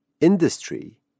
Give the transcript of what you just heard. industry